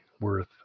worth